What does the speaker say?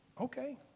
Okay